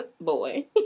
boy